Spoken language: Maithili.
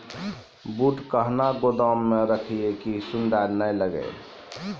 बूट कहना गोदाम मे रखिए की सुंडा नए लागे?